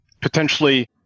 potentially